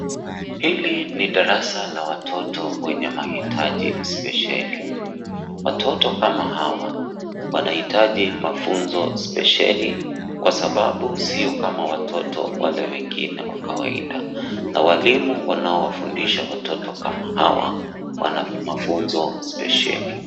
Hili ni darasa la watoto wenye mahitaji spesheli. Watoto kama hawa wanahitaji mafunzo spesheli kwa sababu sio kama wale watoto wengine wa kawaida, na walimu wanaofundisha watoto kama hawa wana mafunzo spesheli.